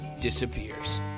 disappears